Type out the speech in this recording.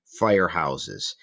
firehouses